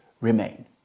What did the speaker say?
remain